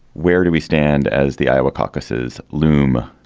where do we stand as the iowa caucuses loom?